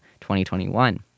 2021